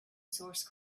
source